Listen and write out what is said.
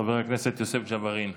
חבר הכנסת יוסף ג'בארין,